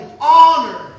honor